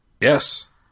Yes